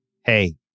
hey